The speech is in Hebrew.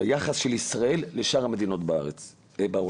ליחס של ישראל לשאר המדינות בעולם.